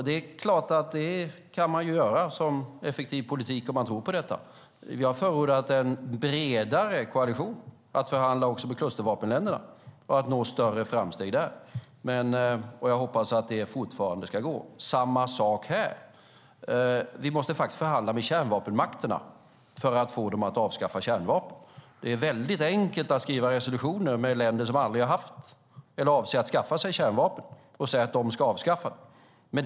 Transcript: Det är klart att detta kan man göra som effektiv politik om man tror på det. Vi har förordat en bredare koalition för att förhandla också med klustervapenländerna och nå större framsteg där, och jag hoppas att det fortfarande ska gå. Samma sak här, vi måste faktiskt förhandla med kärnvapenmakterna för att få dem att avskaffa kärnvapen. Det är väldigt enkelt att skriva resolutioner med länder som aldrig har haft eller avser att skaffa sig kärnvapen och säga att de ska avskaffa dem.